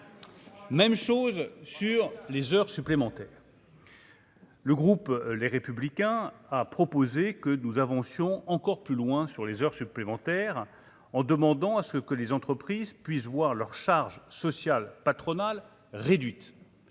même chose sur les heures supplémentaires. Le groupe Les Républicains a proposé que nous avancions encore plus loin sur les heures supplémentaires, en demandant à ce que les entreprises puissent voir leurs charges sociales patronales réduites,